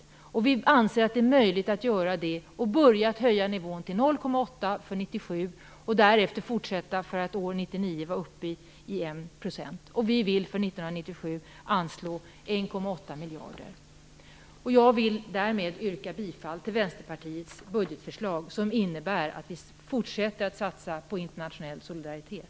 Vi anser att en sådan är möjlig. Vi vill börja med att höja nivån till 0,8 % 1997 och därefter fortsätta för att 1999 vara uppe i 1 %. Vi vill anslå 1,8 Därmed yrkar jag bifall till Vänsterpartiets budgetförslag, som innebär att vi fortsätter att satsa på internationell solidaritet.